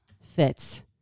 fits